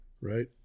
Right